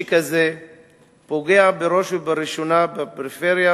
קיצוץ שכזה פוגע בראש ובראשונה בפריפריה,